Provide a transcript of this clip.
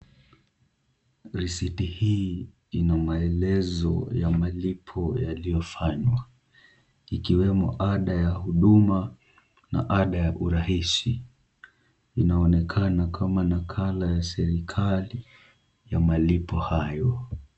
Risiti hii ina maelezo ya malipo yaliyofanywa. Ikiwemo ada ya huduma na ada ya urahisi. Inaonekana kama nakala ya serekali ya malipo hayo.